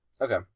okay